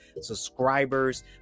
subscribers